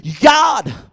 God